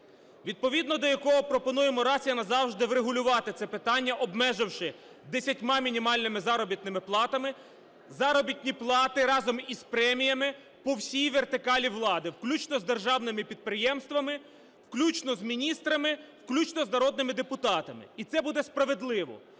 відповідно до якого пропонуємо раз і назавжди врегулювати це питання, обмеживши 10 мінімальними заробітними платами заробітні плати разом із преміями по всій вертикалі влади включно з державними підприємствами, включно з міністрами, включно з народними депутатами. І це буде справедливо.